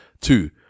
Two